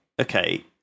okay